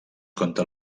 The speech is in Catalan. contra